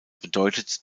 bedeutet